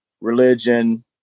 religion